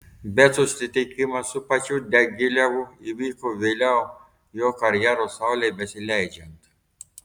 bet susitikimas su pačiu diagilevu įvyko vėliau jo karjeros saulei besileidžiant